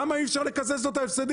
למה אי אפשר לקזז לו את ההפסדים?